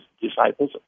disciples